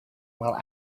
while